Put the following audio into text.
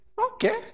Okay